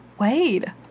Wade